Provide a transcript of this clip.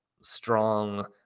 strong